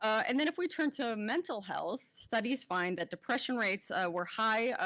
and then if we turn to mental health, studies find that depression rates were high,